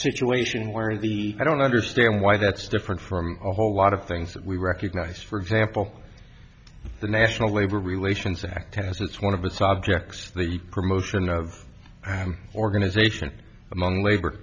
situation where the i don't understand why that's different from a whole lot of things that we recognise for example the national labor relations act has its one of its objects the promotion of organization among labor